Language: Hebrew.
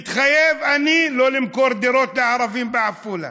מתחייב אני לא למכור דירות לערבים בעפולה.